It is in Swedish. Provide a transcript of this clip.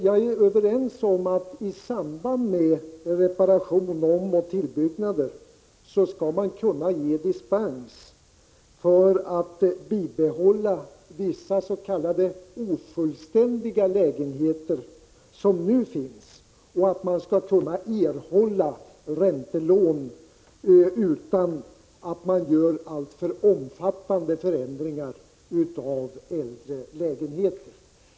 Jag håller med om att man i samband med reparation, omoch tillbyggnader skall kunna ge dispens för bibehållande av vissa s.k. ofullständiga lägenheter som för närvarande finns. Man skall också kunna erhålla räntelån utan att behöva göra alltför omfattande ändringar av äldre lägenheter.